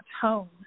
tone